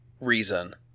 reason